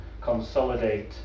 consolidate